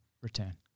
Return